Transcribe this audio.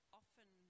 often